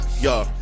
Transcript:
Yo